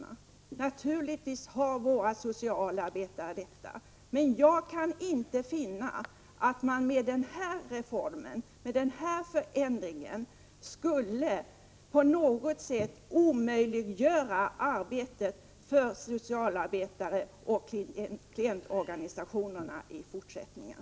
Naturligtvis har våra socialarbetare det. Men jag kaniinte finna att man med den här reformen, den här förändringen, på något sätt skulle omöjliggöra arbetet för socialarbetarna och klientorganisationerna i fortsättningen.